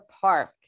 park